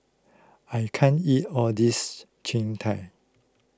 I can't eat all this Jian